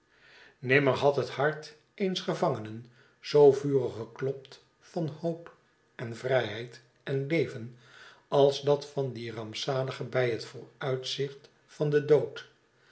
nimmer had het hart eens gevangenen zoo vurig geklopt van hoop op vrijheid en leven als dat van dien rampzalige bij het vooruitzicht van den dood